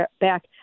back